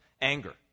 anger